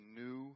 new